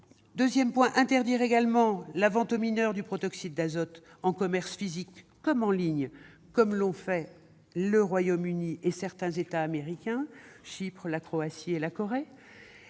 deuxième tient à l'interdiction de la vente aux mineurs du protoxyde d'azote, en commerce physique comme en ligne. C'est ce qu'ont fait le Royaume-Uni, certains États américains, Chypre, la Croatie et la Corée.